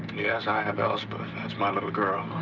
yes, i have elspeth. that's my little girl.